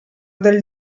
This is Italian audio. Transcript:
del